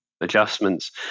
adjustments